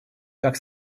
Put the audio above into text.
как